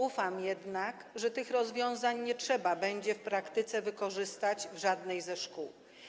Ufam jednak, że tych rozwiązań nie trzeba będzie w praktyce wykorzystać w żadnej ze szkół.